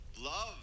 Love